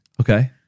Okay